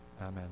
amen